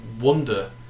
wonder